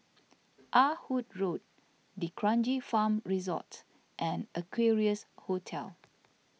Ah Hood Road D'Kranji Farm Resort and Equarius Hotel